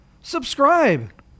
subscribe